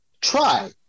try